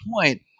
point